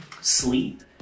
sleep